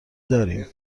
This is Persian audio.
داریم